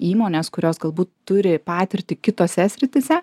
įmonės kurios galbūt turi patirtį kitose srityse